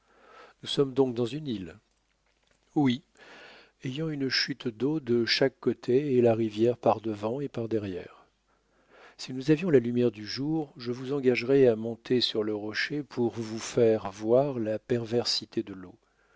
nous sommes donc dans une île oui ayant une chute d'eau de chaque côté et la rivière par devant et par derrière si nous avions la lumière du jour je vous engagerais à monter sur le rocher pour vous faire voir la perversité de l'eau